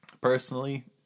Personally